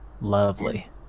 Lovely